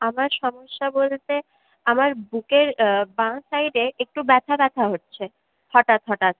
আমার সমস্যা বলতে আমার বুকের বাঁ সাইডে একটু ব্যথা ব্যথা হচ্ছে হঠাৎ হঠাৎ